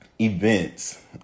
events